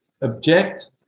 object